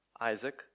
Isaac